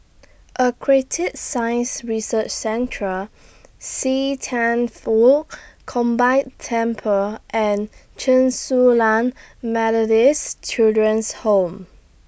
Aquatic Science Research Central See Thian Foh Combined Temple and Chen Su Lan Methodist Children's Home